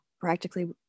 practically